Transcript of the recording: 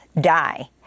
die